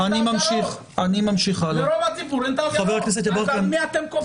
על מי אתם כופים?